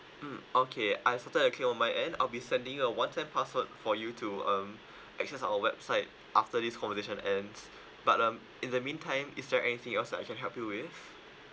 mm okay I've settled everything on my end I'll be sending you a one time password for you to um access our website after this conversation ends but um in the meantime is there anything else I can help you with